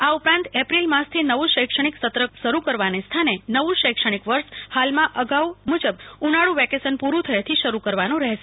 આ ઉપરાંત એપ્રિલ માસથી નવું શૈક્ષણિક સત્ર શરુ કરવા ને સ્થાને નવું શૈક્ષણિક વર્ષ અગાઉ મુજબ ઉનાળુ વેકેશન પૂટું થયે થી શરૂ કરવાનું રહેશે